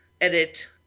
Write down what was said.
edit